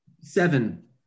Seven